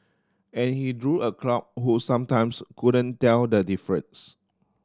and he drew a crowd who sometimes couldn't tell the difference